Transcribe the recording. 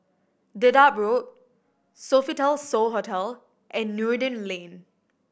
Dedap Road Sofitel So Hotel and Noordin Lane